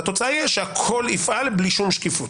התוצאה היא שהכול יפעל בלי שום שקיפות.